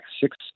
six